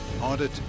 Audit